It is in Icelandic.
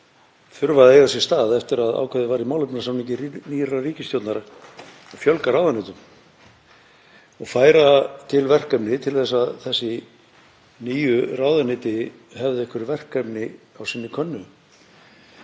sem þurfa að eiga sér stað eftir að ákveðið var í málefnasamningi nýrrar ríkisstjórnar að fjölga ráðuneytum og færa til verkefni til að þessi nýju ráðuneyti hefðu einhver verkefni á sinni könnu.